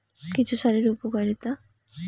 কেঁচো সারের উপকারিতা?